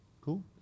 Cool